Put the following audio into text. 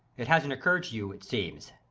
it hasn't occurred to you, it seems.